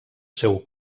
seu